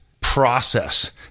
process